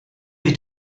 you